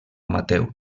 amateur